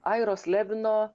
airo slevino